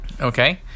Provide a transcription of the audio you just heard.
Okay